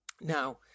now